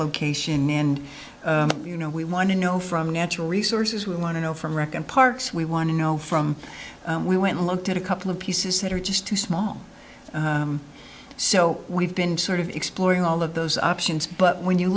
location and you know we want to know from natural resources we want to know from rec and parks we want to know from we went looked at a couple of pieces that are just too small so we've been sort of exploring all of those options but when you